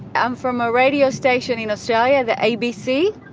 i'm from a radio station in australia, the abc.